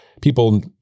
people